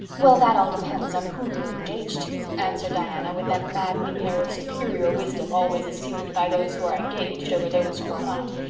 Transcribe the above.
well, that all depends on who you're engaged to, answered diana, with that maddening air of superior wisdom always assumed by those who are engaged over those who are not.